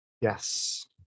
Yes